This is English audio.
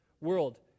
world